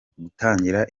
gutangira